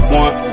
one